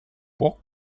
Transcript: può